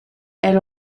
elle